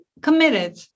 committed